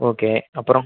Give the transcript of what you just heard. okay அப்புறம்